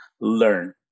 learn